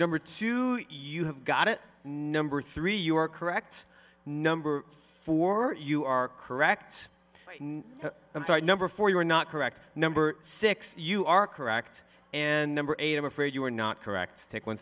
number two you have got it number three your correct number for you are correct and number four you are not correct number six you are correct and number eight i'm afraid you are not correct take on